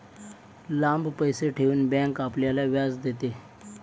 लांब पैसे ठेवून बँक आपल्याला व्याज देते